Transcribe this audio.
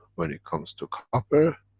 when it comes to copper,